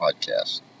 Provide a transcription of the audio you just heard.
Podcast